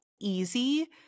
easy